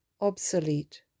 obsolete